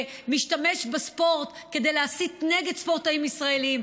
שמשתמש בספורט כדי להסית נגד ספורטאים ישראלים,